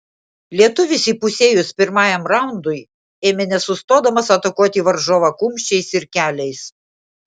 lietuvis įpusėjus pirmajam raundui ėmė nesustodamas atakuoti varžovą kumščiais ir keliais